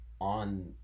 on